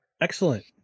Excellent